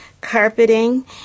carpeting